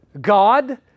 God